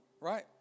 right